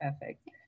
Perfect